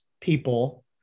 people